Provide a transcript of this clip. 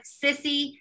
sissy